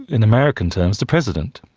in american terms, the president.